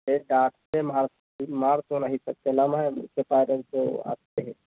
मार तो नहीं सकते हैं ना मैम उसके साथ जैसे आप कहे